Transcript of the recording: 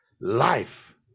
life